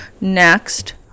next